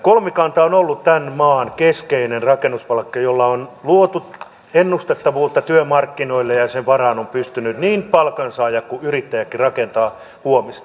kolmikanta on ollut tämän maan keskeinen rakennuspalkki jolla on luotu ennustettavuutta työmarkkinoille ja sen varaan on pystynyt niin palkansaaja kuin yrittäjäkin rakentamaan huomista